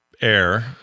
Air